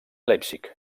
leipzig